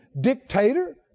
dictator